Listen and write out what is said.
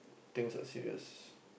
things are serious